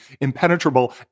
impenetrable